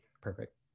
perfect